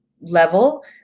level